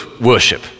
worship